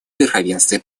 верховенстве